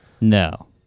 No